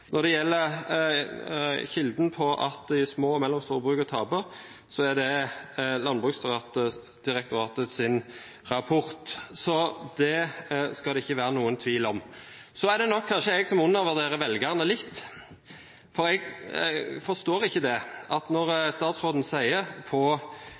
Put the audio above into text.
Når det gjelder kilden for at de små og mellomstore brukene taper, er det Landbruksdirektoratets rapport. Det skal det ikke være noen tvil om. Så er det nok kanskje jeg som undervurderer velgerne litt, for jeg forstår ikke: Når statsråden sier til NRK at det investeres som aldri før, trodde jeg at